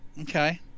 okay